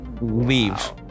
leave